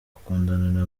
ukundana